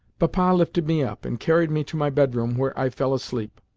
papa lifted me up, and carried me to my bedroom, where i fell asleep.